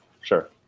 Sure